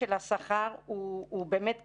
השכר הוא באמת קריטי,